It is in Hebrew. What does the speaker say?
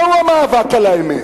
זהו המאבק על האמת.